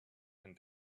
and